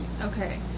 Okay